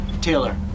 Taylor